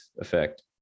effect